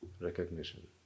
Recognition